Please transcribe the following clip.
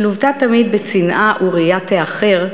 שלוותה תמיד בצנעה וראיית האחר,